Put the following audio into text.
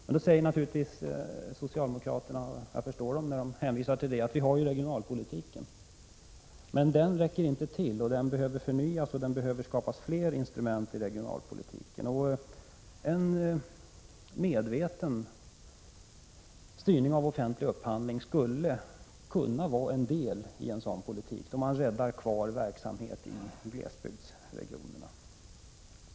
Då hänvisar naturligtvis socialdemokraterna till att vi har regionalpolitiken, och jag förstår det. Men den räcker inte till. Den behöver förnyas, det behöver skapas fler instrument i regionalpolitiken. En medveten styrning av offentlig upphandling skulle kunna vara en del av en sådan politik för att rädda kvar verksamhet i glesbygdsregionerna.